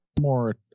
more